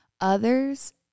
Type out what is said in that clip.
others